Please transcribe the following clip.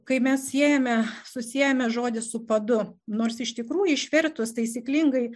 kai mes siejame susiejame žodį su padu nors iš tikrųjų išvertus taisyklingai